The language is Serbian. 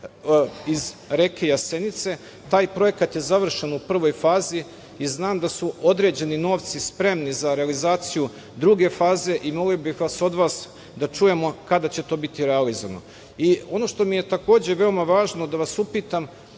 iz reke Jasenice. Taj projekat je završen u prvoj fazi i znam da su određeni novci spremni za realizaciju druge fazi. Molio bih vas od vas da čujemo kada će to biti realizovano. Ono što mi je takođe veoma važno da vas upitam